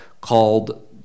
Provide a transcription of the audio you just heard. called